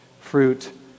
fruit